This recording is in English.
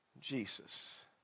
Jesus